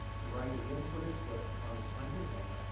the rider then put his foot upon the slender neck,